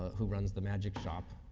who runs the magic shop.